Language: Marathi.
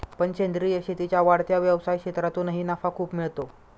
पण सेंद्रीय शेतीच्या वाढत्या व्यवसाय क्षेत्रातूनही नफा खूप मिळतो